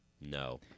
No